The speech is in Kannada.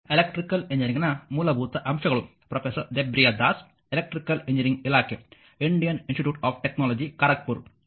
ಈಗ ಈ ಉದಾಹರಣೆ 7ಅನ್ನು ಪರಿಗಣಿಸಿ